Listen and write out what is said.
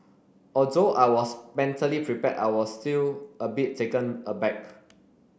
although I was mentally prepared I was still a bit taken aback